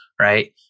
right